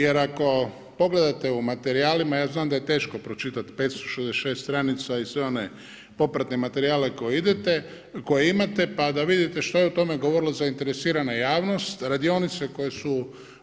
Jer ako pogledate u materijalima, ja znam da je teško pročitat 566 stranica i sve one popratne materijale koje imate pa da vidite što je o tome govorila zainteresirana javnost, radionice koje su